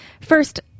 First